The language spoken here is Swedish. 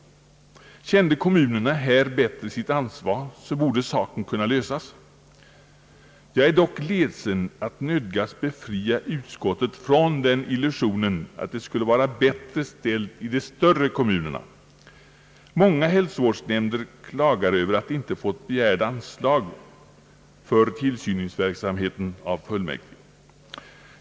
Kände kommunerna här bättre sitt ansvar, borde saken kunna lösas. Jag är dock ledsen att nödgas befria utskottet från illusionen att det skulle vara bättre ställt i de större kommunerna. Många hälsovårdsnämnder klagar över att de inte fått begärda anslag för tillsyningsverksamheten av fullmäktige.